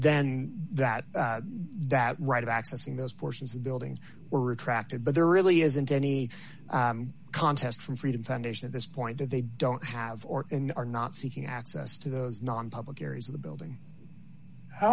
then that doubt right of accessing those portions of buildings were attractive but there really isn't any contest from freedom foundation at this point that they don't have or in are not seeking access to those nonpublic areas of the building how